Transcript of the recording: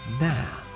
now